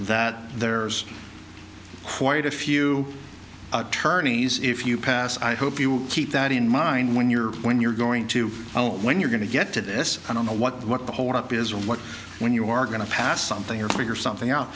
that there's quite a few attorneys if you pass i hope you keep that in mind when you're when you're going to when you're going to get to this i don't know what the what the holdup is or what when you are going to pass something or figure something out